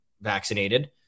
vaccinated